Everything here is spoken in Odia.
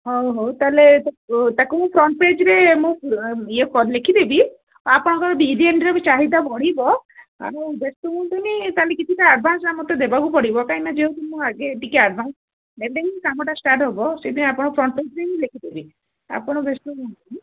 ହଉ ହଉ ତା'ହେଲେ ତାକୁ ମୁଁ ଫ୍ରଣ୍ଟ ପେଜରେ ମୁଁ ଇଏ ଲେଖିଦେବି ଆଉ ଆପଣଙ୍କର ବି ଚାହିଦା ବଢ଼ିବ ଆଉ ବ୍ୟସ୍ତ ହୁଅନ୍ତୁନି ତାହେଲେ କିଛିଟା ଆଡଭାନ୍ସଟା ମୋତେ ଦେବାକୁ ପଡ଼ିବ କାହିଁକିନା ଯେହେତୁ ମୁଁ ଆଗେ ଟିକେ ଆଡଭାନ୍ସ ଦେଲେହିଁ କାମଟା ଷ୍ଟାର୍ଟ ହେବ ସେଥିପାଇଁ ଆପଣ ଫ୍ରଣ୍ଟ ପେଜରେ ହିଁ ମୁଁ ଲେଖିଦେବି ଆପଣ ବ୍ୟସ୍ତ ହୁଅନ୍ତୁନି